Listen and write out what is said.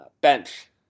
Bench